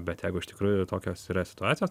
bet jeigu iš tikrųjų tokios yra situacijos